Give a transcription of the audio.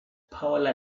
paula